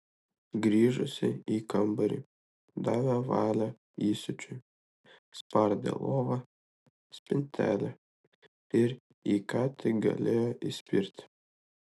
grįžusi į kambarį davė valią įsiūčiui spardė lovą spintelę ir į ką tik galėjo įspirti